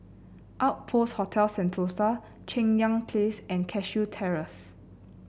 Outpost Hotel Sentosa Cheng Yan Place and Cashew Terrace